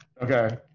Okay